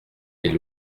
est